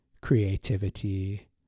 creativity